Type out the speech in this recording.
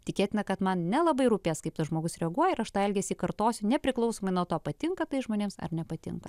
tikėtina kad man nelabai rūpės kaip tas žmogus reaguoja ir aš tą elgesį kartosiu nepriklausomai nuo to patinka tai žmonėms ar nepatinka